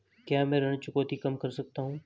क्या मैं ऋण चुकौती कम कर सकता हूँ?